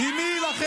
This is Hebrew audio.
עם מי נילחם?